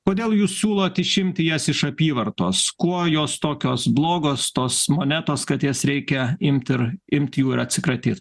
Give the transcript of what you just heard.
kodėl jūs siūlot išimti jas iš apyvartos kuo jos tokios blogos tos monetos kad jas reikia imt ir imt jų ir atsikratyt